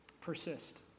Persist